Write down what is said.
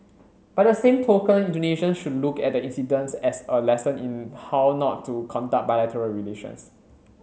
by the same token Indonesians should look at the incident as a lesson in how not to conduct bilateral relations